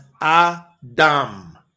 adam